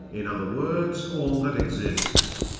in other words all that exists,